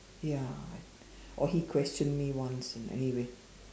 ya I or he questioned me once and anyway